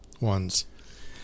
ones